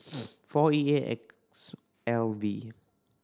four E A X L V